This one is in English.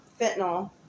fentanyl